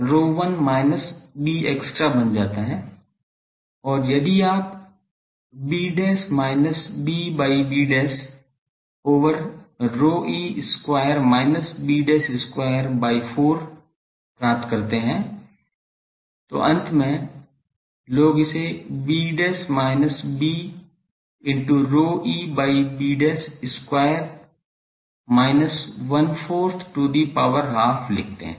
तो Pe ρ1 minus bextra बन जाता है और यदि आप b minus b by b over ρe square minus b square by 4 प्राप्त करते हैं तो अंत में लोग इसे b minus b into ρe by b square minus 1 fourth to the power half लिखते है